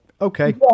okay